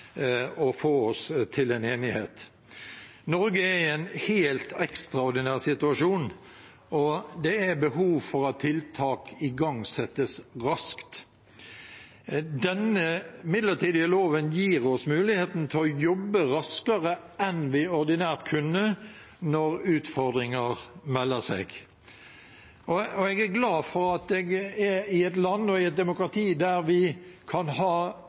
å sy dette sammen og få oss til en enighet. Norge er i en helt ekstraordinær situasjon, og det er behov for at tiltak igangsettes raskt. Denne midlertidige loven gir oss mulighet til å jobbe raskere enn vi ordinært kunne, når utfordringer melder seg. Jeg er glad for at jeg er i et land og i et demokrati der vi kan ha